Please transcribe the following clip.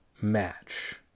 match